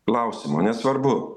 klausimo nesvarbu